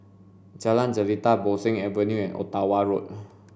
Jalan Jelita Bo Seng Avenue and Ottawa Road